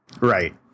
right